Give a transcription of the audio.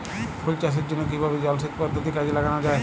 ফুল চাষের জন্য কিভাবে জলাসেচ পদ্ধতি কাজে লাগানো যাই?